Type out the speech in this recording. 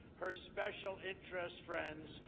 her special interest friends,